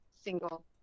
single